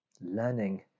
learning